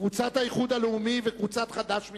קבוצת האיחוד הלאומי וקבוצת חד"ש מציעים: